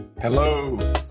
Hello